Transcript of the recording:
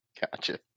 Gotcha